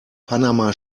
panama